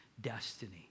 destiny